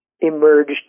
emerged